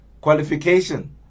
qualification